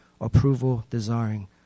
approval-desiring